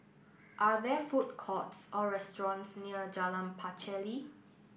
are there food courts or restaurants near Jalan Pacheli